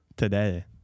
Today